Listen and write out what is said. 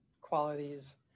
qualities